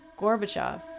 Gorbachev